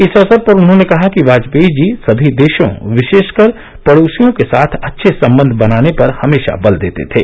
इस अवसर पर उन्होंने कहा कि वाजपेयी जी सभी देशों विशेषकर पडोसियों के साथ अच्छे संबंध बनाने पर हमेशा बल देते थे